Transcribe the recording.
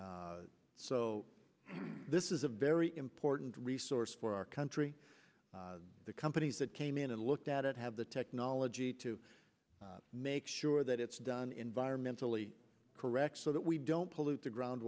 so this is a very important resource for our country the companies that came in and looked at it have the technology to make sure that it's done environmentally correct so that we don't pollute the